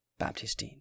Baptistine